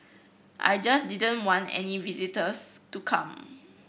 I just didn't want any visitors to come